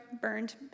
burned